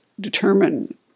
determine